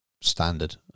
standard